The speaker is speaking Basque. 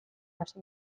hasi